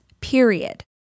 Period